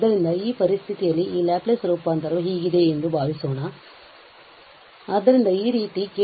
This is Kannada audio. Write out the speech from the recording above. ಆದ್ದರಿಂದ ಈ ಪರಿಸ್ಥಿತಿಯಲ್ಲಿ ಈ ಲ್ಯಾಪ್ಲೇಸ್ ರೂಪಾಂತರವು ಹೀಗಿದೆ ಎಂದು ಭಾವಿಸೋಣ ತುಂಬಾ ಉಪಯುಕ್ತವಾಗಿದೆ